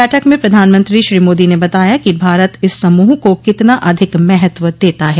बैठक में प्रधानमंत्री श्री मोदी ने बताया कि भारत इस समूह को कितना अधिक महत्व देता है